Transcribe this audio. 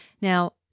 Now